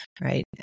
right